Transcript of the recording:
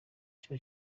cya